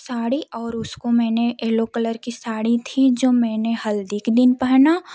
साड़ी और उसको मैंने येलो कलर की साड़ी थी जो मैंने हल्दी के दिन पहना